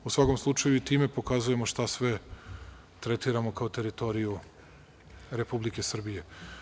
U svakom slučaju time pokazujemo šta sve tretiramo kao teritoriju Republike Srbije.